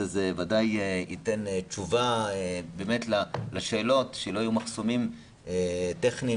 זה ודאי יתן תשובה לשאלות שלא יהיו מחסומים טכניים